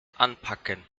anpacken